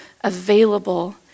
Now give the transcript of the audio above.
available